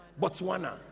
Botswana